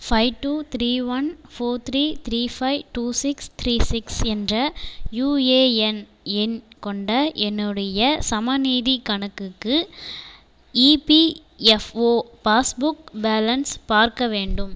five two three one four three three five two six three six என்ற UAN எண் கொண்ட என்னுடைய சேமநிதிக் கணக்குக்கு இபிஃப்ஓ பாஸ்புக் பேலன்ஸ் பார்க்க வேண்டும்